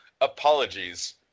Apologies